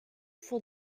for